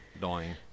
dying